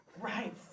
Right